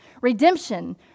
Redemption